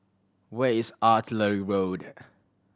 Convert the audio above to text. where is Artillery Road